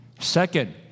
Second